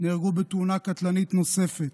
נהרגו בתאונה קטלנית נוספת,